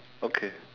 okay